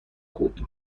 بود